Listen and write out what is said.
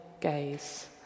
gaze